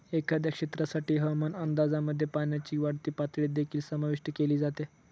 एखाद्या क्षेत्रासाठी हवामान अंदाजामध्ये पाण्याची वाढती पातळी देखील समाविष्ट केली जाते